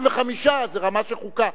65 זה רמה של חוקה.